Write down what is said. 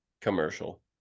commercial